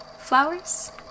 flowers